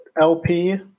LP